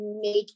make